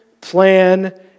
plan